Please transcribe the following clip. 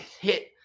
hit